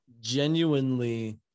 genuinely